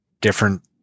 different